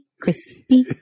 crispy